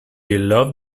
loved